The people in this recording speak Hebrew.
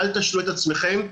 אל תשלו את עצמכם,